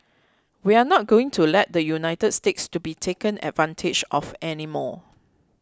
we are not going to let the United States to be taken advantage of any more